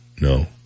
No